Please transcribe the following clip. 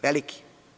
Veliki.